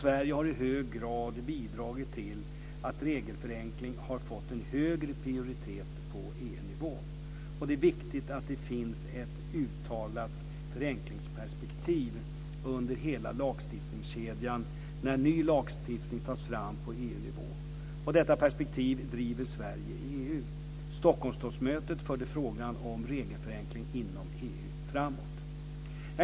Sverige har i hög grad bidragit till att regelförenkling har fått en högre prioritet på EU-nivå. Det är viktigt att det finns ett uttalat förenklingsperspektiv under hela lagstiftningskedjan när ny lagstiftning tas fram på EU-nivå. Detta perspektiv driver Sverige i EU. Stockholmstoppmötet förde frågan om regelförenkling inom EU framåt.